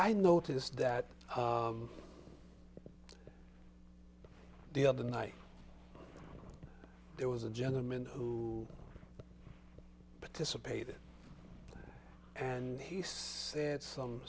i noticed that the other night there was a gentleman who participated and he said some